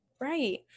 Right